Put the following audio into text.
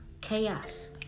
Chaos